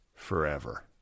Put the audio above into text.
forever